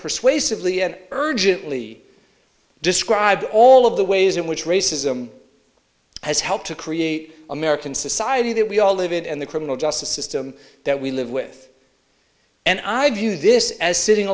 persuasively and urgently describe all of the ways in which racism has helped to create american society that we all live in and the criminal justice system that we live with and i view this as sitting